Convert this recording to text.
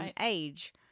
age